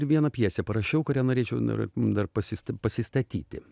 ir vieną pjesę parašiau kurią norėčiau nors dar pasi pasistatyti